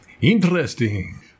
Interesting